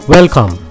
Welcome